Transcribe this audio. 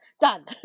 Done